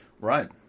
Right